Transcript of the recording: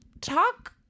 talk